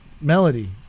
melody